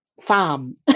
farm